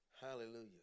Hallelujah